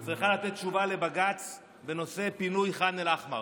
צריכה לתת תשובה לבג"ץ בנושא פינוי ח'אן אל-אחמר.